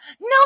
no